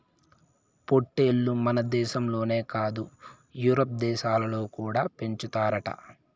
పొట్టేల్లు మనదేశంలోనే కాదు యూరోప్ దేశాలలో కూడా పెంచుతారట